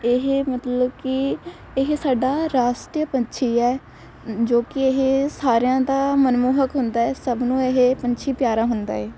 ਇਹ ਮਤਲਬ ਕਿ ਇਹ ਸਾਡਾ ਰਾਸ਼ਟਰੀ ਪੰਛੀ ਹੈ ਜੋ ਕਿ ਇਹ ਸਾਰਿਆਂ ਦਾ ਮਨਮੋਹਕ ਹੁੰਦਾ ਸਭ ਨੂੰ ਇਹ ਪੰਛੀ ਪਿਆਰਾ ਹੁੰਦਾ ਏ